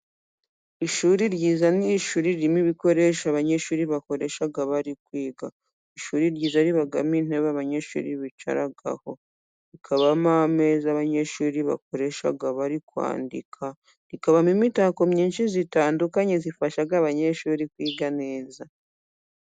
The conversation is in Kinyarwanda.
Ishuri ryiza ni ishuri ririmo ibikoresho abanyeshuri bakoresha bari kwiga. Ishuri ryiza ribamo intebe abanyeshuri bicaraho, hakabamo ameza abanyeshuri bakoresha bari kwandika, rikabamo imitako myinshi itandukanye ifasha abanyeshuri kwiga neza.